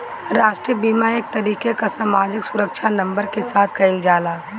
राष्ट्रीय बीमा एक तरीके कअ सामाजिक सुरक्षा नंबर के साथ कइल जाला